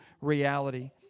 reality